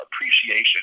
appreciation